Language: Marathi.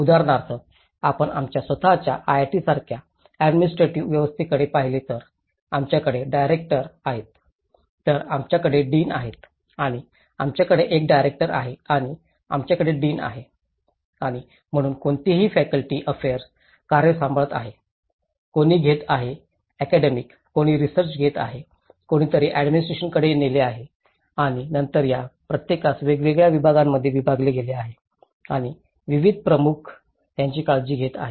उदाहरणार्थ आपण आमच्या स्वत च्या आयआयटीसारख्या ऍडमिनिस्ट्रेटिव्ह व्यवस्थेकडे पाहिले तर आमच्याकडे डायरेक्टर आहेत तर आमच्याकडे डीन आहेत आणि आमच्याकडे एक डायरेक्टर आहेत आणि आमच्याकडे डीन आहेत आणि म्हणून कोणीतरी फ्याकल्टी अफेअर्स कार्य सांभाळत आहे कोणी घेत आहे अकॅडेमिक कोणी रिसर्च घेत आहे कोणीतरी ऍडमिनिस्ट्रेशनकडे नेले आहे आणि नंतर या प्रत्येकास वेगवेगळ्या विभागांमध्ये विभागले गेले आहे आणि विविध प्रमुख त्याची काळजी घेत आहेत